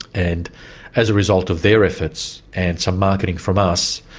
and as a result of their efforts and some marketing from us,